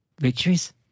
victories